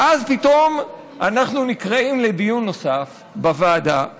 ואז פתאום אנחנו נקראים לדיון נוסף בוועדה.